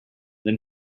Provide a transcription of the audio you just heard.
then